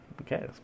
Okay